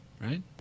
right